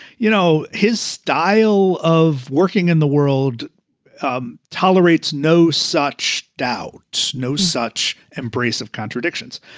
you know, his style of working in the world um tolerates no such doubts. no such embrace of contradictions.